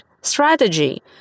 strategy